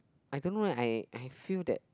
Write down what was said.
I don't know leh I I feel that